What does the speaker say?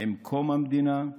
עם קום המדינה,